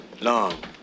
long